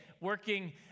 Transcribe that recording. working